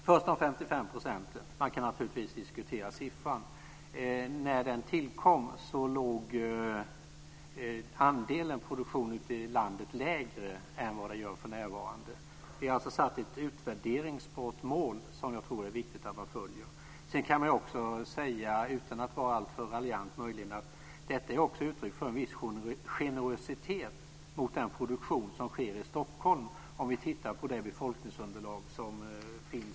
Fru talman! Man kan naturligtvis diskutera siffran 55 %. När den tillkom låg andelen produktion ute i landet lägre än den gör nu. Vi har satt upp ett utvärderingsbart mål som det är viktigt att följa. Utan att vara alltför raljant kan man säga att siffran 55 % är uttryck för en viss generositet mot den produktion som sker i Stockholm, sett mot befolkningsunderlaget.